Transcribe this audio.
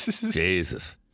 Jesus